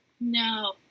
No